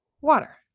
Water